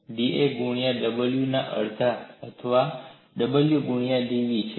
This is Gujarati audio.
તે dv ગુણ્યા w ના અડધા અથવા w ગુણ્યા ડીવીછે